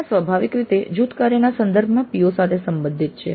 " આ સ્વાભાવિક રીતે જૂથકાર્ય ના સંદર્ભમાં PO સાથે સંબંધિત છે